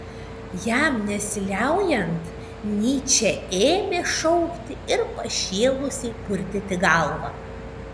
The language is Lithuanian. jam nesiliaujant nyčė ėmė šaukti ir pašėlusiai purtyti galvą